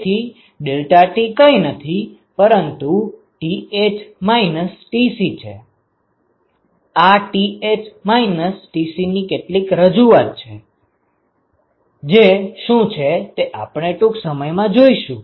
તેથી delta T કંઈ નથી પરંતુ Th - Tc છે આ Th Tc ની કેટલીક રજુઆત છે જે શું છે તે આપણે ટુંક સમયમા જોશુ